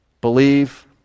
Believe